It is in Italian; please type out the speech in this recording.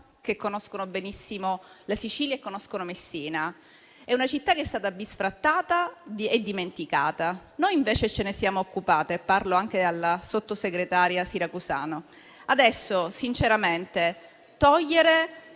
che conoscono benissimo la Sicilia e conoscono Messina. Si tratta di una città che è stata bistrattata e dimenticata. Noi invece ce ne siamo occupate, e parlo anche alla sottosegretaria Siracusano. Adesso, sinceramente, togliere